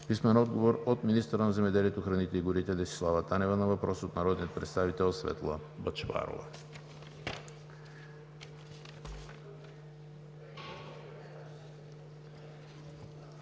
Филип Попов; - министъра на земеделието, храните и горите Десислава Танева на въпрос от народния представител Светла Бъчварова.